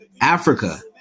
Africa